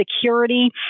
security